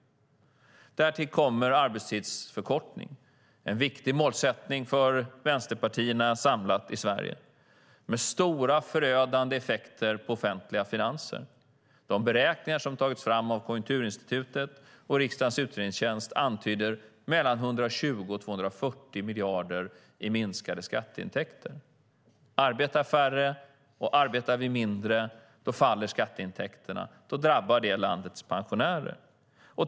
Därtill kommer arbetstidsförkortning. Det är en viktig målsättning för vänsterpartierna samlat i Sverige med stora, förödande effekter på offentliga finanser. De beräkningar som tagits fram av Konjunkturinstitutet och riksdagens utredningstjänst antyder mellan 120 miljarder och 240 miljarder i minskade skatteintäkter. Arbetar färre och arbetar vi mindre faller skatteintäkterna, vilket drabbar landets pensionärer.